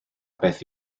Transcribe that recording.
beth